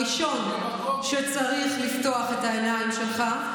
הראשון שצריך לפתוח את העיניים שלך,